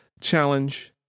challenge